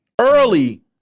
early